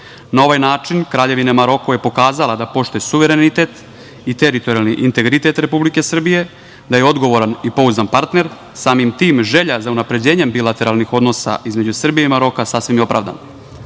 Na ovaj način Kraljevina Maroko je pokazala da poštuje suverenitet i teritorijalni integritet Republike Srbije, da je odgovoran i pouzdan partner. Samim tim želja za unapređenjem bilateralnih odnosa između Srbije i Maroka sasvim je opravdana. Dakle,